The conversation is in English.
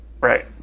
Right